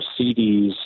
CDs